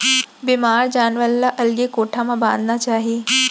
बेमार जानवर ल अलगे कोठा म बांधना चाही